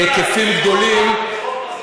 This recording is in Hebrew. בהיקפים גדולים,